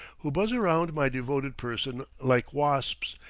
who buzz around my devoted person like wasps,